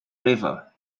river